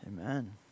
Amen